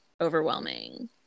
overwhelming